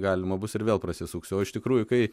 galima bus ir vėl prasisuks o iš tikrųjų kai